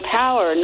power